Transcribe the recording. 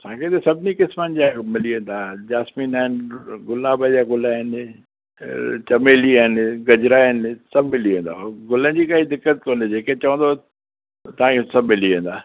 असांखे त सभिनी क़िस्मनि जा मिली वेंदा हा जैस्मिन आहिनि गुलाब जा गुल आहिनि चमेलीअ जा आहिनि गजरा इन सभु मिली वेंदव गुलनि जी काइ दिक़त कोन्हे जेके चवंदव तव्हांखे सभु मिली वेंदा